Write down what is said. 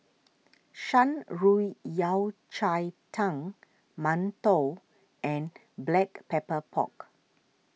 Shan Rui Yao Cai Tang Mantou and Black Pepper Pork